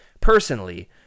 personally